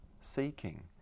seeking